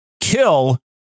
kill